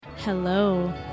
Hello